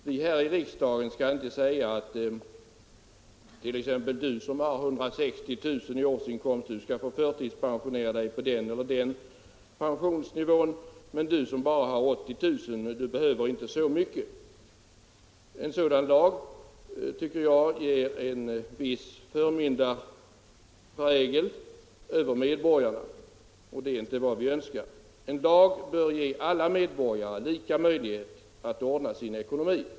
Vi här i riksdagen skall inte säga exempelvis: Du som har 160 000 kr. i årsinkomst kan få förtidspensionera dig med en viss pensionsnivå, men du som bara har 80 000 kr. behöver inte så mycket. En sådan lag har, tycker jag, prägeln av ett visst förmynderskap över medborgarna. Det är inte vad vi önskar. En lag bör ge alla medborgare lika möjlighet att ordna sin ekonomi.